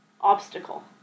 obstacle